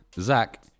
Zach